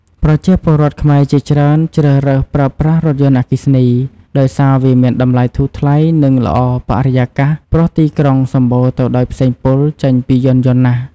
ប្រជាពលរដ្ឋខ្មែរជាច្រើនជ្រើសរើសប្រើប្រាស់រថយន្តអគ្គីសនី ដោយសារវាមានតម្លៃធូរថ្លៃ និងល្អបរិយាស ព្រោះទីក្រុងសម្បូរទៅដោយផ្សែងពុលចេញពីយានយន្តណាស់។